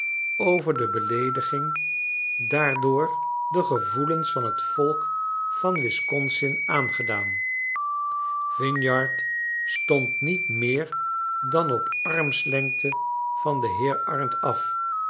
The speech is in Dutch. over de beleediging daardoor de gevoelens van t volk van wisconsin aangedaan vinyard stond niet meer dan op armslengte van den heer arndt af